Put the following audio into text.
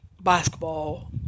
basketball